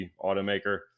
automaker